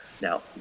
Now